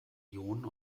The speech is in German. ionen